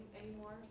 anymore